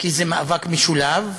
כי זה מאבק משולב,